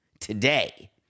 today